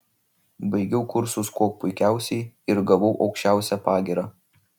baigiau kursus kuo puikiausiai ir gavau aukščiausią pagyrą